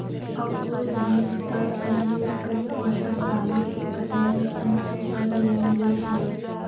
अंकूर बीज आर अंकूर कई औसत आयु के कटाई में कुंसम करे लेन देन होए?